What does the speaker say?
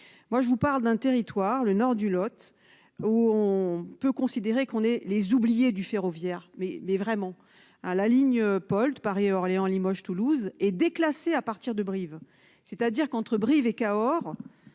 Moi je vous parle d'un territoire. Le nord du Lot où on peut considérer qu'on est les oubliés du ferroviaire. Mais, mais vraiment à la ligne Polt Paris-Orléans Limoges Toulouse est déclassé à partir de Brive. C'est-à-dire qu'entre Brive et Cahors.